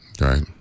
right